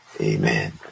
Amen